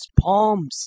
palms